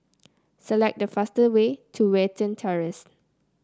select the fastest way to Watten Terrace